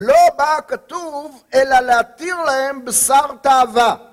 לא בא כתוב אלא להתיר להם בשר תאווה